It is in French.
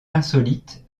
insolites